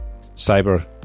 cyber